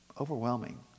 overwhelming